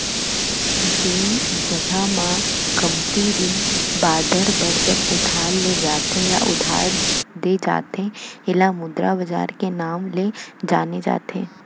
जेन जघा म कमती दिन बादर बर जब उधार ले जाथे या उधार देय जाथे ऐला मुद्रा बजार के नांव ले जाने जाथे